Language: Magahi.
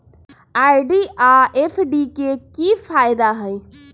आर.डी आ एफ.डी के कि फायदा हई?